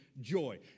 joy